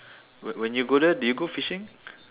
when when you go there do you go fishing